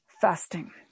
fasting